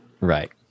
Right